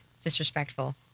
disrespectful